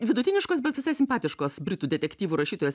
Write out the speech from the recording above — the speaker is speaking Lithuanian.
vidutiniškos bet visai simpatiškos britų detektyvų rašytojos